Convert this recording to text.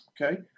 Okay